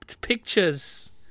pictures